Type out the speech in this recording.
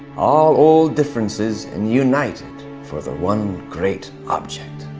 all old differences and united for the one great object.